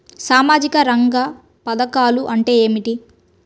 సామాజిక రంగ పధకాలు అంటే ఏమిటీ?